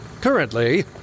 Currently